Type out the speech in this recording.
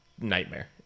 nightmare